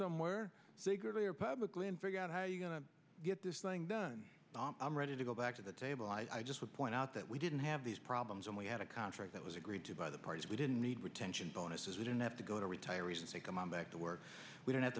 somewhere so eagerly or publicly and figure out how you're going to get this thing done i'm ready to go back to the table i just would point out that we didn't have these problems and we had a contract that was agreed to by the parties we didn't need retention bonuses we didn't have to go to retirees and say come on back to work we don't have